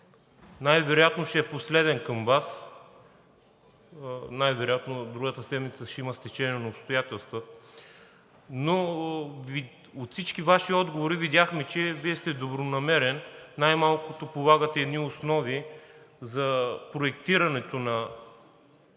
Най вероятно ще е последен към Вас. Най-вероятно другата седмица ще има стечение на обстоятелства. От всички Ваши отговори видяхме, че Вие сте добронамерен, най малкото полагате едни основи за проектирането на